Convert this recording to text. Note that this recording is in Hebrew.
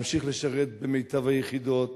להמשיך לשרת במיטב היחידות,